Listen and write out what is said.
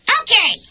Okay